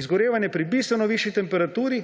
izgorevanje pri bistveno višji temperaturi